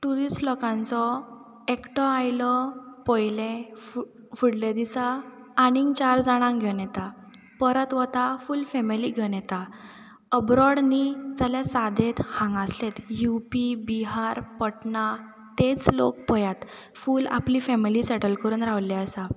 tourist लोकांचो एकटो आयलो पयलें फुडले दिसा आनीक चार जाणांक घेवन येता परत वता फूल फॅमिली घेवन येता अब्रोड न्ही जाल्या सादें हांगासतलेच युपी बिहार पटणा तेच लोक पयात फूल आपली फॅमिली सेटल करून रावल्ले आसा